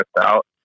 out